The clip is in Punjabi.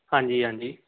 ਹਾਂਜੀ ਹਾਂਜੀ